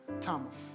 Thomas